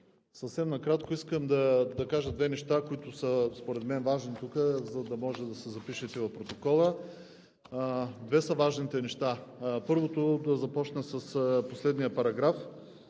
Съвсем накратко искам да кажа две неща, които според мен са важни, за да може да се запишат и в протокола. Две са важните неща. Първото – да започна с предпоследния параграф,